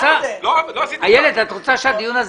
אנחנו חברה גלובלית.